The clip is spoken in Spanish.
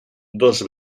dos